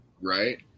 Right